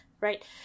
right